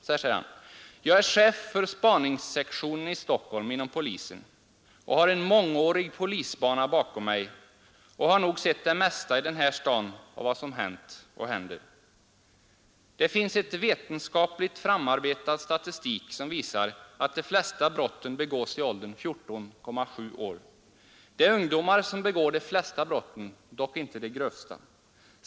Så här sade han: ”Jag är chef för spaningssektionen i Stockholm inom polisen och har en mångårig polisbana bakom mig och har nog sett det mesta i den här staden av vad som hänt och händer. Det finns en vetenskapligt framarbetad statistik som visar att de flesta brotten begås i åldern 14,7 år. Det är ungdomar som begår de flesta brotten, dock inte de grövsta.